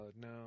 No